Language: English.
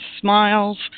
smiles